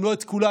אם לא את כולה,